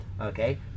okay